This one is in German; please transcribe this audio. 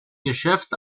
geschäft